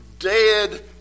Dead